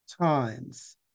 times